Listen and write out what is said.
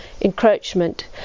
encroachment